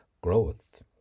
growth